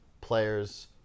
players